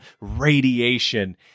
radiation